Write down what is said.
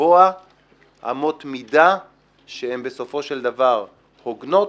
לקבוע אמות מידה שהן בסופו של דבר הוגנות,